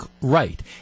right